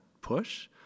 push